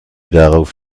darauf